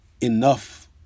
enough